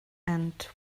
and